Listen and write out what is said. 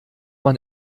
man